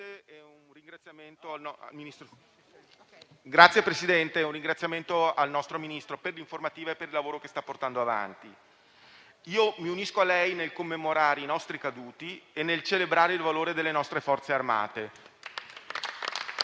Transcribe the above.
innanzitutto un ringraziamento al nostro Ministro per l'informativa e per il lavoro che sta portando avanti. Mi unisco a lei nel commemorare i nostri caduti e nel celebrare il valore delle nostre Forze armate.